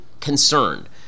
concerned